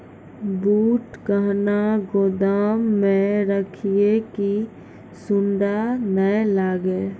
बूट कहना गोदाम मे रखिए की सुंडा नए लागे?